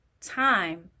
time